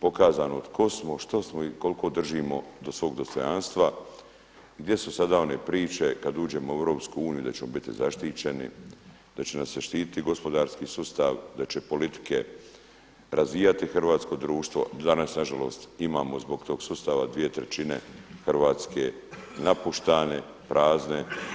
pokazano tko smo, što smo i koliko držimo do svog dostojanstva, gdje su sada one priče kada uđemo u EU da ćemo biti zaštićeni, da će nam se štititi gospodarski sustav, da će politike razvijati hrvatsko društvo, danas nažalost imamo zbog tog sustava 2/3 Hrvatske napuštane, prazne.